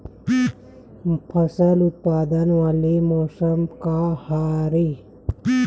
फसल उत्पादन वाले मौसम का हरे?